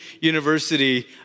university